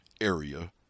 area